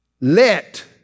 Let